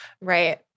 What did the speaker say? Right